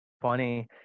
funny